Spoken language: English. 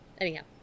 anyhow